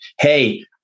Hey